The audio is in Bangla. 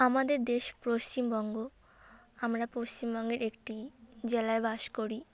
আমাদের দেশ পশ্চিমবঙ্গ আমরা পশ্চিমবঙ্গের একটি জেলায় বাস করি